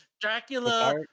Dracula